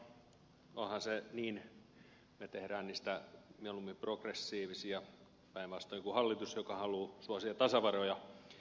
me teemme niistä mieluummin progressiivisia päinvastoin kuin hallitus joka haluaa suosia tasaveroja